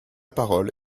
parole